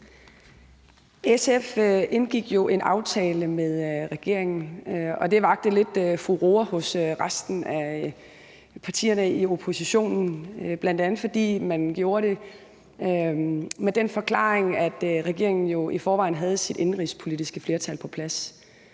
SF indgik jo en aftale med regeringen, og det vakte lidt furore hos resten af partierne i oppositionen, bl.a. fordi man gjorde det med den forklaring, at regeringen jo i forvejen havde sit indenrigspolitiske flertal på plads.